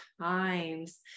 times